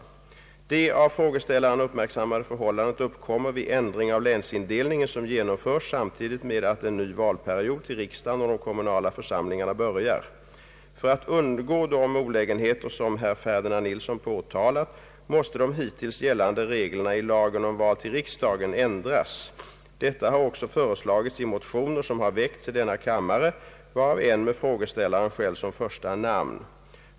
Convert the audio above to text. Det av frågeställaren uppmärksammade förhållandet uppkommer vid ändring i länsindelningen, som genomförs samtidigt med att en ny valperiod till riksdagen och de kommunala församlingarna börjar. För att undgå de olägenheter som herr Ferdinand Nilsson påtalat måste de hittills gällande reglerna i lagen om val till riksdagen ändras. Detta har också föreslagits i motioner som har väckts i denna kammare, varav en med frågeställaren själv som första namn.